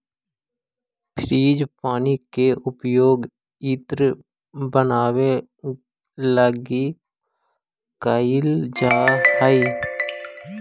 frangipani के उपयोग इत्र बनावे लगी कैइल जा हई